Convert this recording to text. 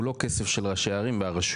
הוא לא כסף של ראשי הערים והרשויות.